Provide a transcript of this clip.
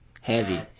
Heavy